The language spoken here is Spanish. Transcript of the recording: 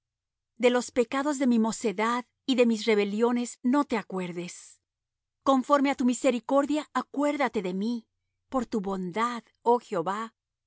de los pecados de mi mocedad y de mis rebeliones no te acuerdes conforme á tu misericordia acuérdate de mí por tu bondad oh jehová